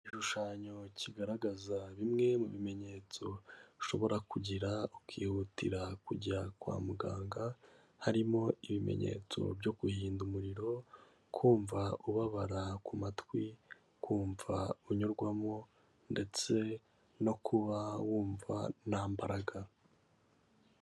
Igishushanyo kigaragaza bimwe mu bimenyetso ushobora kugira ukihutira kujya kwa muganga, harimo ibimenyetso byo guhinda umuriro, kumva ubabara ku matwi, kumva unyurwamo ndetse no kuba wumva ntabaraga.